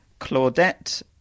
Claudette